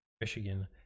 michigan